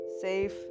safe